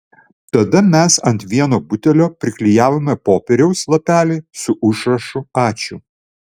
tada mes ant vieno butelio priklijavome popieriaus lapelį su užrašu ačiū